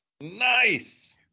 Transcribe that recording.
Nice